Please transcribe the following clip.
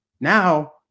now